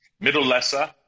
Middle-lesser